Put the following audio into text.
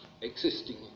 existing